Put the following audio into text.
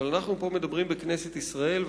אבל אנחנו מדברים בכנסת ישראל,